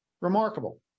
Remarkable